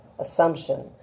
assumption